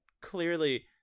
clearly